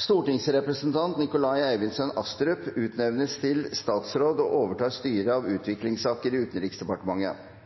Stortingsrepresentant Nikolai Eivindssøn Astrup utnevnes til statsråd og overtar styret av utviklingssaker i Utenriksdepartementet.